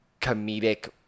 comedic